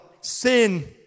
sin